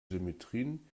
symmetrien